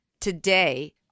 Today